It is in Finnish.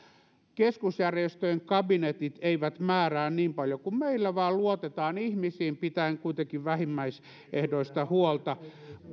keskusjärjestöjen kabinetit eivät määrää niin paljon kuin meillä vaan luotetaan ihmisiin pitäen kuitenkin vähimmäisehdoista huolta